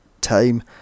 time